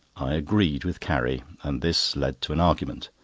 i agreed with carrie, and this led to an argument.